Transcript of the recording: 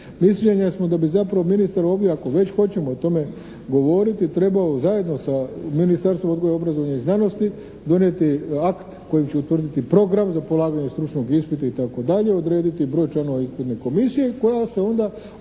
Mišljenja smo da bi zapravo ministar ovdje ako već hoćemo o tome govoriti trebao zajedno sa Ministarstvom odgoja, obrazovanja i znanosti donijeti akt kojim će utvrditi program za polaganje stručnog ispita itd., odrediti broj članova ispitne komisije i koja se onda određuje